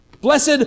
Blessed